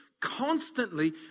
constantly